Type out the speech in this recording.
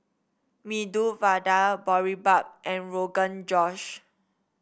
Medu Vada Boribap and Rogan Josh